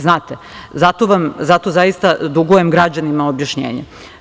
Zato zaista dugujem građanima objašnjenje.